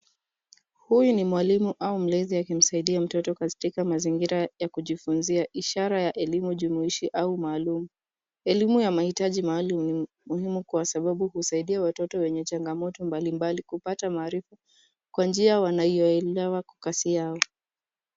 Huyu ni mwalimu au mlezi akimsaidia mtoto katika mazingira ya kujifunzia, ishara ya elimu jumuishi au maalum. Elimu ya mahitaji maalum ni muhimu kwasababu husaidia watoto wenye changamoto mbalimbali kupata maarifa kwa njia wanayoelewa kwa kasi yao.